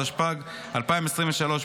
התשפ"ג 2023,